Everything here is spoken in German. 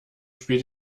spielt